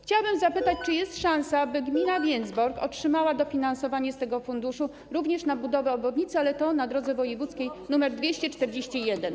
Chciałabym zapytać, czy jest szansa, aby gmina Więcbork otrzymała dofinansowanie z tego funduszu również na budowę obwodnicy, ale na drodze wojewódzkiej nr 241.